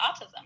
autism